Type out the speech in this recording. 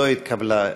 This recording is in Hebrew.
לא התקבלה.